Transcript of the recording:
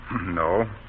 No